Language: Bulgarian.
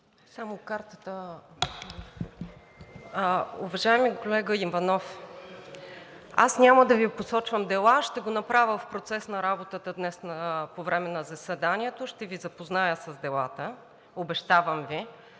(ГЕРБ-СДС): Уважаеми колега Иванов, няма да Ви посочвам дела, ще го направя в процеса на работата днес по време на заседанието – ще Ви запозная с делата. Обещавам Ви,